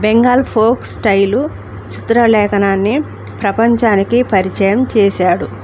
Bengal folk style చిత్రలేఖనాన్ని ప్రపంచానికి పరిచయం చేశాడు